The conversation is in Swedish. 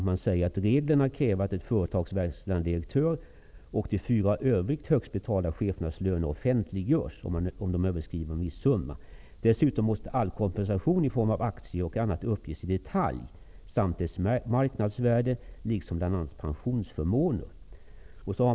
Man säger: ''Reglerna kräver att ett företags verkställande direktörs och de fyra övriga högst betalda chefernas löner offentliggörs om de överskrider'' en viss summa. ''Dessutom måste all kompensation i form av aktier och annat uppges i detalj samt dess marknadsvärde, liksom bl.a. pensionsförmåner.''